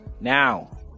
now